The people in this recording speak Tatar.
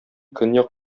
көньяк